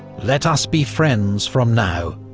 let us be friends from now,